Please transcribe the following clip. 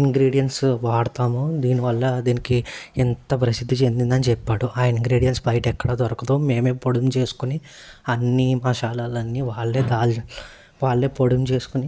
ingredients వాడుతాము దీనివల్ల దీనికి ఇంత ప్రసిద్ధి చెందిందని చెప్పాడు ఆ ఇంగ్రిడెంట్స్ బయట ఎక్కడ దొరకదు మేమే పొడిని చేసుకుని అన్ని మషాలాలన్నీ వాళ్లే దాల్ వాళ్లే పొడిని చేసుకొని